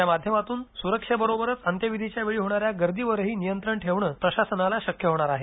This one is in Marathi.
या माध्यमातून सुरक्षेबरोबरच अंत्यविधीच्या वेळी होणाऱ्या गर्दीवरही नियंत्रण ठेवण प्रशासनाला शक्य होणार आहे